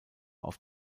auf